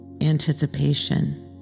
anticipation